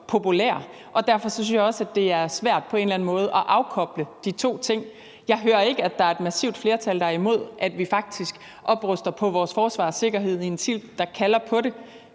populær, og derfor synes jeg også, det er svært på en eller anden måde at afkoble de to ting. Jeg hører ikke, at der er et massivt flertal, der er imod, at vi faktisk opruster vores forsvar og sikkerhed i en tid, der kalder på det.